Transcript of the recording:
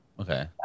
Okay